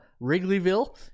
Wrigleyville